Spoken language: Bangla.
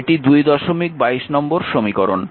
এটি 222 নম্বর সমীকরণ